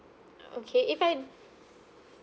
okay if I